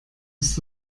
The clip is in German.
ist